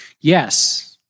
Yes